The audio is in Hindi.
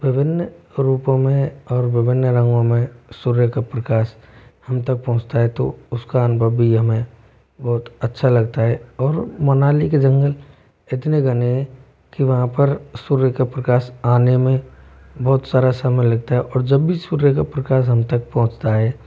विभिन्न रूपों में और विभिन्न रंगों में सूर्य का प्रकास हम तक पहुँचता है तो उसका अनुभव भी हमें बहुत अच्छा लगता है और मनाली के जंगल इतने घने है कि वहाँ पर सूर्य के प्रकाश आने में बहुत सारा समय लगता है और जब भी सूर्य का प्रकाश हम तक पहुँचता है तो